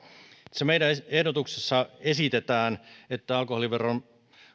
meidän ehdotuksessamme esitetään että alkoholiveron